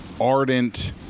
ardent